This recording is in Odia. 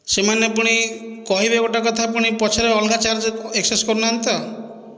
ସେମାନେ ପୁଣି କହିବେ ଗୋଟେ କଥା ପୁଣି ପଛରେ ଅଲଗା ଚାର୍ଜ ଏକ୍ସେସ କରୁନାହାନ୍ତି ତ